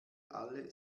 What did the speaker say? alle